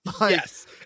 Yes